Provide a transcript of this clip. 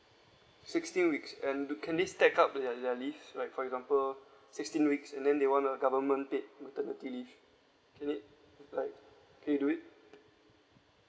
sixteen weeks and do can they stack up their their leave like for example sixteen weeks and then they want a government paid maternity leave can it like can you do it